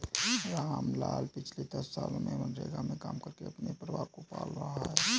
रामलाल पिछले दस सालों से मनरेगा में काम करके अपने परिवार को पाल रहा है